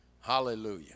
Hallelujah